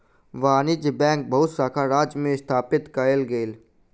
वाणिज्य बैंकक बहुत शाखा राज्य में स्थापित कएल गेल